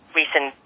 recent